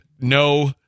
no